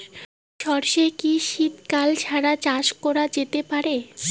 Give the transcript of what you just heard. সর্ষে কি শীত কাল ছাড়া চাষ করা যেতে পারে?